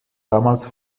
damals